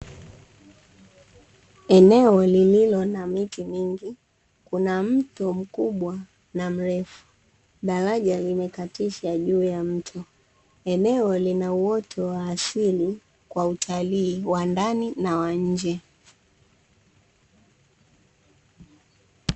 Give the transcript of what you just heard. Eneo lililo na miti mingi, kuna mto mkubwa na mrefu, daraja limekatisha juu ya mto. Eneo lina uoto wa asili kwa utalii wa ndani na wa nje.